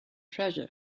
treasure